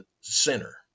center